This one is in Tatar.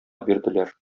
бирделәр